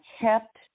kept